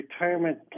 retirement